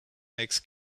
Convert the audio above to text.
makes